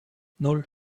nan